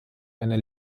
einer